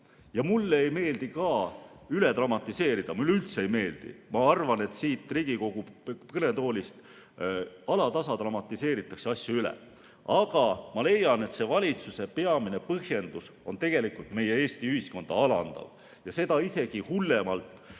Mulle ei meeldi ka üle dramatiseerida, mulle see üldse ei meeldi. Ma arvan, et siit Riigikogu kõnetoolist alatasa dramatiseeritakse asju üle. Aga ma leian, et see valitsuse peamine põhjendus on tegelikult meie Eesti ühiskonda alandav. Seda isegi hullemalt, kui